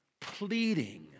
pleading